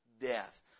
death